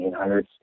1800s